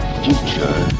future